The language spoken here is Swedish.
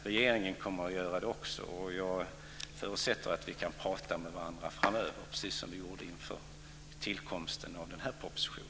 Regeringen kommer också att göra det, och jag förutsätter att vi kan prata med varandra framöver precis som vi gjorde inför tillkomsten av denna proposition.